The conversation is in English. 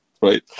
right